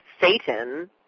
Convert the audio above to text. Satan